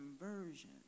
conversion